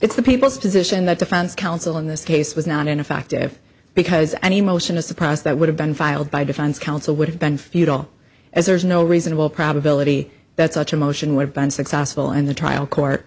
it's the people's position that defense counsel in this case was not in fact to have because any motion a surprise that would have been filed by defense counsel would have been futile as there is no reasonable probability that such a motion we've been successful in the trial court